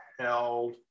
held